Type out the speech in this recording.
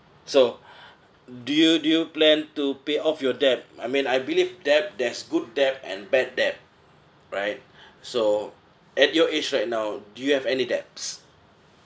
so do you do you plan to pay off your debt I mean I believe debt there's good debt and bad debt right so at your age right now do you have any debts